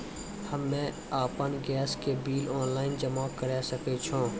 हम्मे आपन गैस के बिल ऑनलाइन जमा करै सकै छौ?